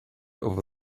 over